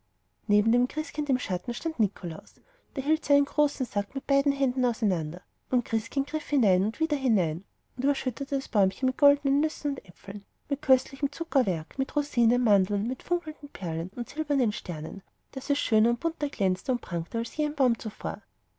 neben dem christkind im schatten stand nikolaus der hielt seinen großen sack mit beiden händen auseinander und christkind griff hinein und wieder hinein und überschüttete das bäumchen mit goldnen nüssen und äpfeln mit köstlichem zuckerwerk mit rosinen und mandeln mit funkelnden perlen und silbernen sternen so daß es schöner und bunter glänzte und prangte als je ein baum zuvor